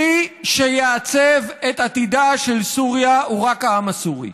מי שייעצב את עתידה של סוריה הוא רק העם הסורי.